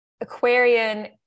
Aquarian